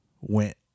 went